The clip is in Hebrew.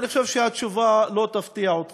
ואני חושב שהתשובה לא תפתיע אתכם,